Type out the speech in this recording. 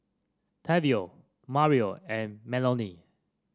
Tavion Mario and Melony